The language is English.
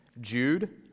Jude